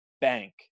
bank